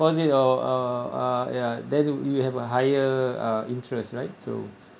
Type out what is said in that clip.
~posit or or uh ya then you have a higher uh interest right so